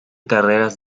carreras